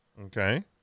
Okay